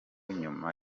nyuma